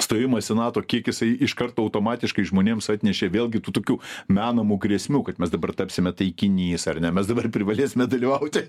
stojimas į nato kiek jisai iškart automatiškai žmonėms atnešė vėlgi tu tokių menamų grėsmių kaip mes dabar tapsime taikinys ar ne mes dabar privalėsime dalyvauti